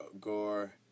Gore